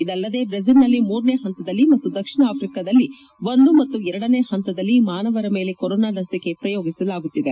ಇದಲ್ಲದೇ ಬ್ರೆಜಿಲ್ನಲ್ಲಿ ಮೂರನೇ ಪಂತದಲ್ಲಿ ಮತ್ತು ದಕ್ಷಿಣ ಆಫ್ರಿಕಾದಲ್ಲಿ ಒಂದು ಮತ್ತು ಎರಡನೇ ಪಂತದಲ್ಲಿ ಮಾನವರ ಮೇಲೆ ಕೊರೊನಾ ಲಸಿಕೆ ಪ್ರಯೋಗಿಸಲಾಗುತ್ತಿದೆ